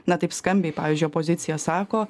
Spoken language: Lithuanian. na taip skambiai pavyzdžiui opozicija sako